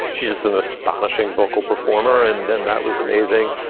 she's just an astonishing vocal performer. and and that was amazing.